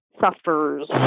suffers